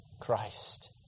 Christ